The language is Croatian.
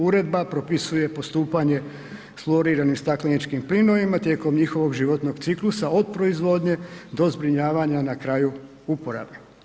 Uredba propisuje postupanje fuloriranim stakleničkim plinovima tijekom njihovog životnog ciklusa od proizvodnje do zbrinjavanja na kraju uporabe.